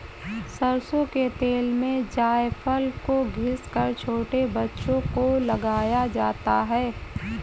सरसों के तेल में जायफल को घिस कर छोटे बच्चों को लगाया जाता है